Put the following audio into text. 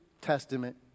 Testament